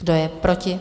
Kdo je proti?